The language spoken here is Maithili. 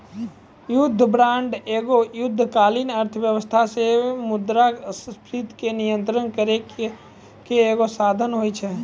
युद्ध बांड एगो युद्धकालीन अर्थव्यवस्था से मुद्रास्फीति के नियंत्रण करै के एगो साधन होय छै